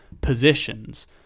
positions